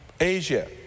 Asia